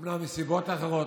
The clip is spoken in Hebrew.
אומנם מסיבות אחרות.